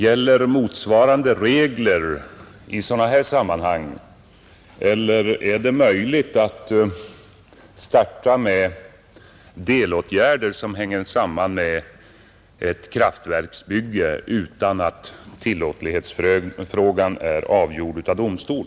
Gäller motsvarande regler i sådana här sammanhang, eller är det möjligt att starta med delarbeten som hänger samman med ett kraftverksbygge utan att tillåtlighetsfrågan är avgjord av domstol?